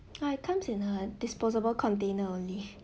uh it comes in a disposable container only